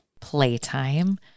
playtime